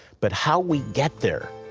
but how we get there,